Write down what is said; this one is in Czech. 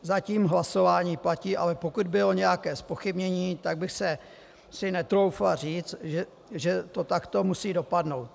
Zatím hlasování platí, ale pokud bylo nějaké zpochybnění, tak bych si netroufla říct, že to takto musí dopadnout.